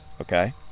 okay